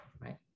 right